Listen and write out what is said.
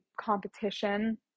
competition